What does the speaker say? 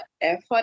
effort